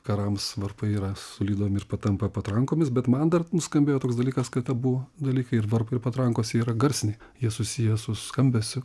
karams varpai yra sulydomi ir patampa patrankomis bet man dar nuskambėjo toks dalykas kad abu dalykai ir varpai ir patrankos jie garsiniai jie susiję su skambesiu